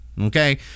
Okay